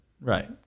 Right